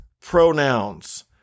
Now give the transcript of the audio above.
pronouns